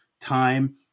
time